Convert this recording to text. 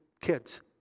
kids